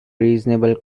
reasonable